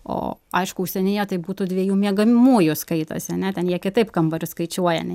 o aišku užsienyje tai būtų dviejų miegamųjų skaitosi ane ten jie kitaip kambarius skaičiuoja nei